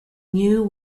new